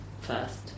first